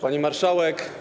Pani Marszałek!